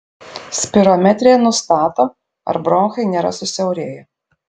spirometrija nustato ar bronchai nėra susiaurėję